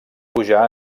pujar